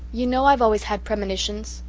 you know i've always had premonitions.